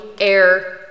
air